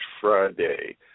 Friday